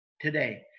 today